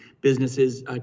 businesses